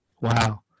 Wow